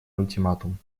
ультиматум